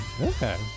Okay